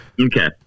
Okay